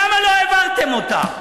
למה לא העברתן אותה?